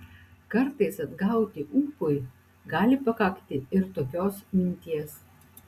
kartais atgauti ūpui gali pakakti ir tokios minties